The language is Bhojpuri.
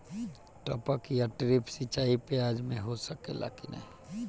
टपक या ड्रिप सिंचाई प्याज में हो सकेला की नाही?